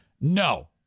No